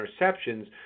interceptions